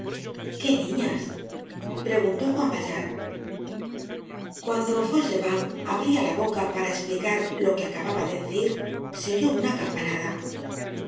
qué niñas preguntó juan valjean cuando fauchelevent abria la boca para esplicar lo que acababa de decir se oyó una campanada